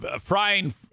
frying